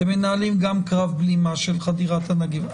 אתם מנהלים גם קרב בלימה של חדירת הנגיף.